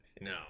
no